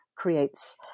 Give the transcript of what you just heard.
creates